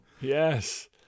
Yes